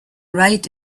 right